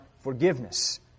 forgiveness